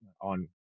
on